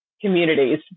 communities